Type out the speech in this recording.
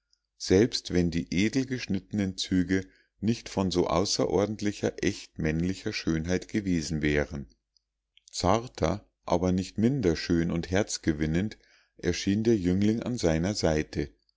selbst wenn die edelgeschnittenen züge nicht von so außerordentlicher echt männlicher schönheit gewesen wären zarter aber nicht minder schön und herzgewinnend erschien der jüngling an seiner seite